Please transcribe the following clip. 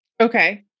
Okay